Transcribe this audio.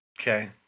Okay